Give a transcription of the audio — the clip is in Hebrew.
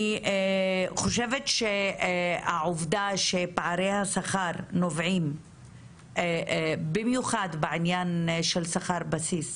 אני חושבת שהעובדה שפערי השכר נובעים במיוחד בעניין של שכר בסיס